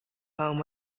home